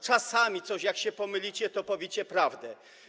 Czasami, jak się pomylicie, to powiecie prawdę.